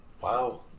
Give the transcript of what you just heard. Wow